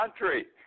country